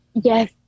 Yes